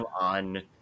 on